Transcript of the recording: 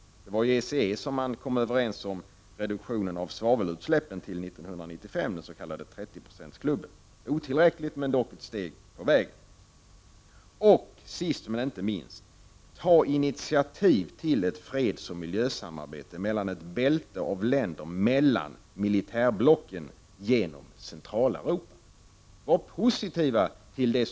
Det var i ECE man kom överens om en reduktion av svavelutsläppen till 1995, den s.k. 30-procentsklubben — det är otillräckligt men dock ett steg på vägen. Sist men inte minst: Ta initiativ till ett fredsoch miljösamarbete mellan ett bälte av länder genom Centraleuropa mellan militärblocken!